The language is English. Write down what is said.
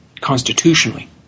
constitutionally